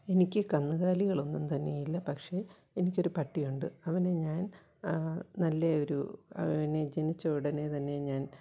എനിക്ക് കന്നുകാലികളൊന്നും തന്നെ ഇല്ല പക്ഷേ എനിക്കൊരു പട്ടി ഉണ്ട് അവനെ ഞാൻ നല്ലയൊരു അവനെ ജനിച്ചയുടനെ തന്നെ ഞാൻ